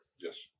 Yes